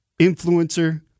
Influencer